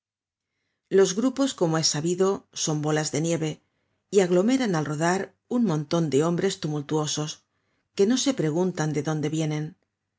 los grupos como es sabido son bolas de nieve y aglomeran al rodar un monton de hombres tumultuosos que no se preguntan de dónde vienen